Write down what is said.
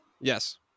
Yes